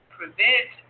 prevent